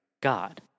God